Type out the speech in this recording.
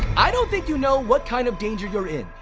i don't think you know what kind of danger you're in.